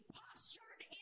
postured